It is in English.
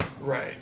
Right